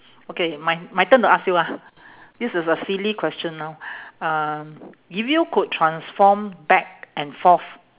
okay my my turn to ask you ah this is a silly question ah um if you could transform back and forth